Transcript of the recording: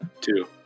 Two